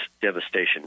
devastation